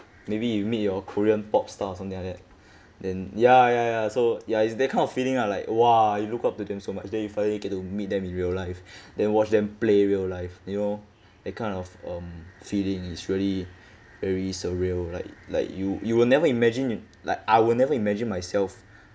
maybe you meet your korean pop star or something like that then ya ya ya so ya it's that kind of feeling ah like !wah! you look up to them so much then you finally get to meet them in real life then watch them play real life you know that kind of um feeling is really very surreal like like you you will never imagine you like I will never imagine myself